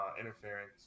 interference